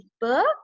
book